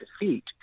defeat